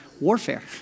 warfare